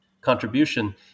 contribution